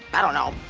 i don't know,